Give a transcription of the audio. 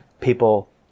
people